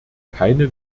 keine